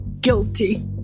guilty